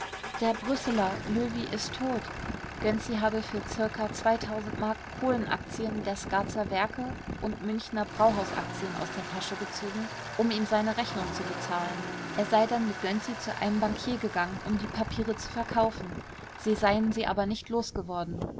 der brüsseler löwy ist tot gönczi habe für zirka m kohlenaktien der scaczer werke und münchener brauhausaktien aus der tasche gezogen um ihm seine rechnung zu bezahlen er sei dann mit gönczi zu einem bankier gegangen um die papiere zu verkaufen sie seien sie aber nicht losgeworden